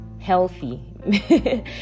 healthy